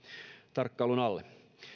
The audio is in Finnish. tarkkailun alle